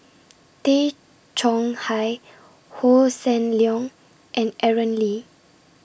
Tay Chong Hai Hossan Leong and Aaron Lee